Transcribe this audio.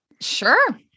Sure